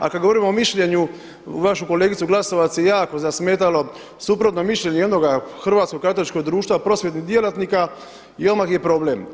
A kada govorimo o mišljenju vašu kolegicu Glasovac je jako zasmetalo suprotno mišljenje jednog Hrvatskog katoličkog društva prosvjetnih djelatnika i odmah je problem.